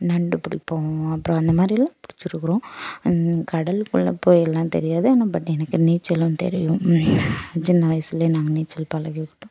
நண்டு பிடிப்போம் அப்புறம் அந்த மாதிரிலாம் பிடிச்சிருக்குறோம் கடலுக்குள்ள போயெல்லாம் தெரியாது ஆனால் பட் எனக்கு நீச்சலும் தெரியும் சின்ன வயசுலே நாங்கள் நீச்சல் பழகிக்கிட்டோம்